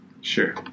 Sure